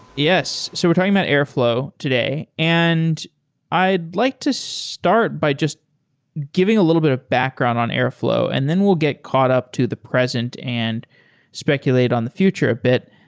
yes. so we're talking about airflow today, and i'd like to start by just giving a little bit of background on airflow and then we'll get caught up to the present and speculate on the future a bit.